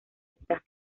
está